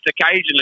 occasionally